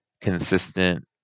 consistent